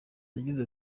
yagize